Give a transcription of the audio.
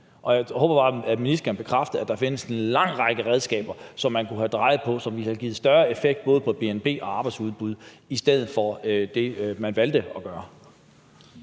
Jeg håber bare, at ministeren kan bekræfte, at der findes en lang række redskaber, som man kunne have brugt, og som ville have givet større effekt på både bnp og arbejdsudbud i stedet for det, man valgte at gøre.